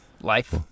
life